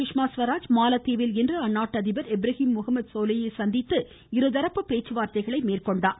சுஷ்மா ஸ்வராஜ் மாலத்தீவில் இன்று அந்நாட்டு அதிபர் இப்ராஹிம் முஹமது சோலேயை சந்தித்து இருதரப்பு பேச்சுவார்த்தைகளை மேற்கொண்டார்